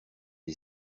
des